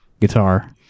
guitar